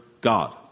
God